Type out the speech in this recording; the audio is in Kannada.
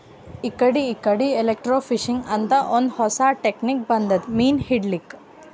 ಇಕಡಿ ಇಕಡಿ ಎಲೆಕ್ರ್ಟೋಫಿಶಿಂಗ್ ಅಂತ್ ಒಂದ್ ಹೊಸಾ ಟೆಕ್ನಿಕ್ ಬಂದದ್ ಮೀನ್ ಹಿಡ್ಲಿಕ್ಕ್